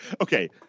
Okay